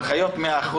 על חיות 100%,